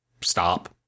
stop